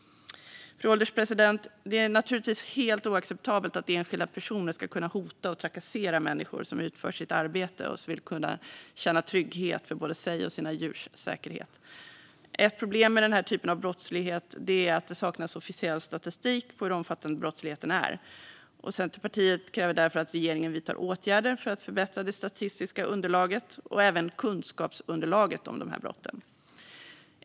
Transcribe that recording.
Fru ålderspresident! Det är naturligtvis helt oacceptabelt att enskilda personer ska kunna hota och trakassera människor som utför sitt arbete och som vill kunna känna trygghet för både sig själv och sina djurs säkerhet. Ett problem med denna typ av brottslighet är att det saknas officiell statistik på hur omfattande brottsligheten är. Centerpartiet kräver därför att regeringen vidtar åtgärder för att förbättra det statistiska underlaget och även kunskapsunderlaget om dessa brott.